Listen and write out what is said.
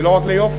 זה לא רק ליופי.